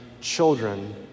children